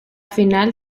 final